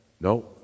No